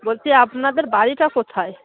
বলছি আপনাদের বাড়িটা কোথায়